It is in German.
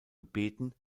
gebeten